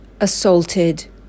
assaulted